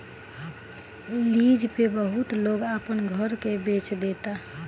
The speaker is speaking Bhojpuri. लीज पे बहुत लोग अपना घर के बेच देता